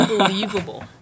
unbelievable